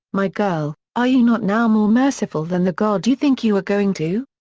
my girl, are you not now more merciful than the god you think you are going to?